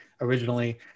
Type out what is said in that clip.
originally